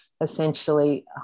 essentially